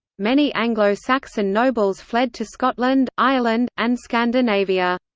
many anglo-saxon nobles fled to scotland, ireland, and scandinavia.